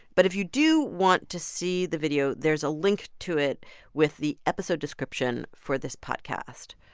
but if you do want to see the video, there's a link to it with the episode description for this podcast.